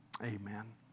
amen